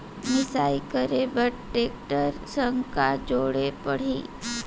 मिसाई करे बर टेकटर संग का जोड़े पड़ही?